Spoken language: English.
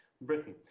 Britain